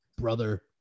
Brother